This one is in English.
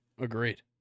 agreed